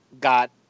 Got